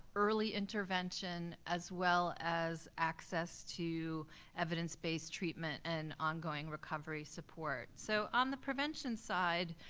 early intervention, as well as access to evidence-based treatment and ongoing recovery support. so on the prevention side,